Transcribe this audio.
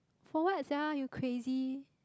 for what sia you crazy